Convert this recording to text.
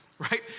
right